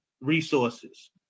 resources